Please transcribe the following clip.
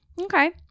Okay